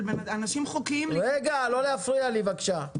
של אנשים חוקיים --- לא להפריע לי בבקשה.